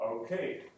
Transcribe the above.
Okay